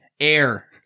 air